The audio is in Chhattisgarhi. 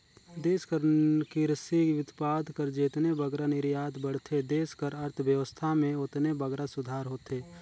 देस कर किरसी उत्पाद कर जेतने बगरा निरयात बढ़थे देस कर अर्थबेवस्था में ओतने बगरा सुधार होथे